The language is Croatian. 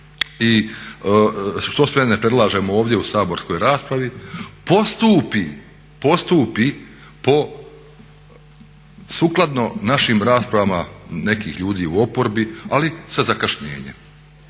i što sve ne predlažemo ovdje u saborskoj raspravi postupi po sukladno našim raspravama nekih ljudi u oporbi ali sa zakašnjenjem